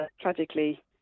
tragically